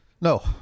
No